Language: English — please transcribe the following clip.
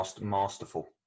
masterful